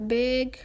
big